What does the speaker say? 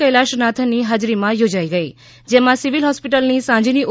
કૈલાસનાથન ની હાજરી માં થોજાઈ ગઈ જેમાં સિવિલ હોસ્પિટલ ની સાંજ ની ઑ